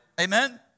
Amen